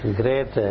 great